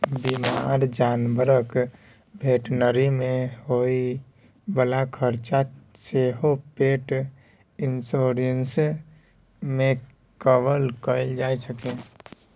बीमार जानबरक भेटनरी मे होइ बला खरचा सेहो पेट इन्स्योरेन्स मे कवर कएल जाइ छै